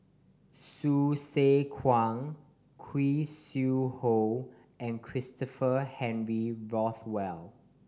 Hsu Tse Kwang Khoo Sui Hoe and Christopher Henry Rothwell